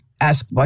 ask